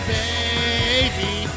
baby